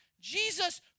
Jesus